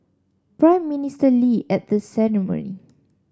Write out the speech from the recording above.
Prime Minister Lee at the ceremony